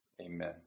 Amen